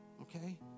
Okay